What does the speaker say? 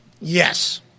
Yes